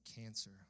cancer